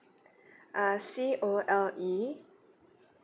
uh C O L E